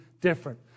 different